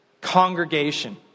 congregation